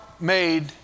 made